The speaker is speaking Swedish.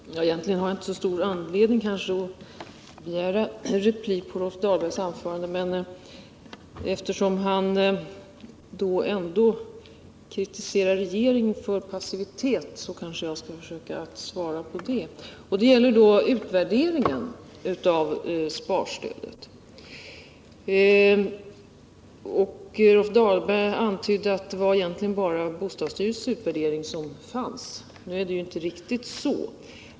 Herr talman! Egentligen har jag kanske inte så stor anledning att begära replik på Rolf Dahlbergs anförande, men eftersom han kritiserade regeringen för passivitet vill jag försöka svara på det. Det gäller utvärderingen av sparstödet. Rolf Dahlberg antydde att det egentligen bara var bostadsstyrelsens utvärdering som fanns. Det förhåller sig inte riktigt så.